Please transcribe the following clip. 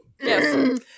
yes